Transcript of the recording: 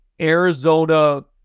Arizona